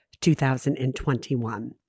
2021